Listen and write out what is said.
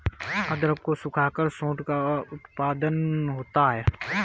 अदरक को सुखाकर सोंठ का उत्पादन होता है